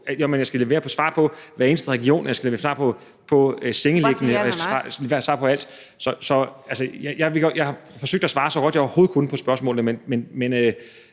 Jeg skal levere et svar om hver eneste region, jeg skal levere et svar om sengeliggende, og jeg skal svare på alt. Jeg har forsøgt at svare så godt på spørgsmålene,